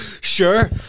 sure